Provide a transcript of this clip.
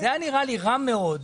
היה נראה לי רע מאוד.